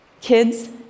Kids